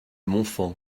montfand